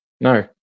No